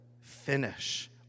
finish